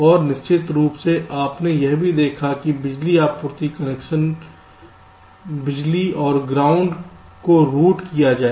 और निश्चित रूप से आपने यह भी देखा कि बिजली आपूर्ति कनेक्शन बिजली और ग्राउंड को कैसे रूट किया जाए